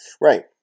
Right